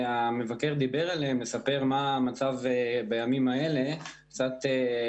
לכל מי מהתושבים שצריך את זה,